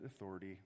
authority